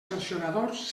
sancionadors